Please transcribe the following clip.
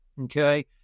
Okay